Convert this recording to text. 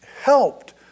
helped